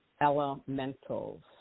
elementals